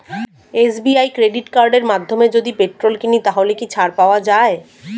SBI credit কার্ডের মাধ্যমে যদি পেট্রোল কিনি তাহলে কি ছাড় পাওয়া যায়?